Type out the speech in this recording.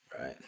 Right